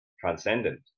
transcendent